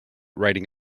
riding